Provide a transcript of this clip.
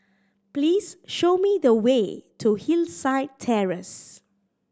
please show me the way to Hillside Terrace